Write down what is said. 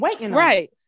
Right